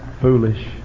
foolish